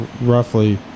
roughly